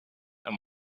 and